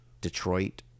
Detroit